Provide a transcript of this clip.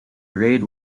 raid